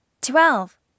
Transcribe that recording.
Twelve